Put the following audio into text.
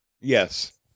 yes